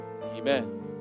Amen